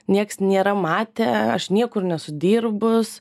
nieks nėra matę aš niekur nesu dirbus